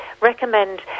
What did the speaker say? recommend